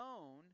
own